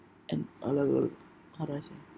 an how do I say